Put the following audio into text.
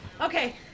Okay